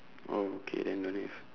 okay then no need ah